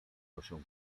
proszę